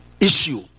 issue